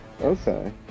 okay